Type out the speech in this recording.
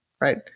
Right